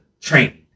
training